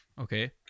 Okay